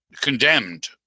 condemned